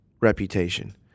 reputation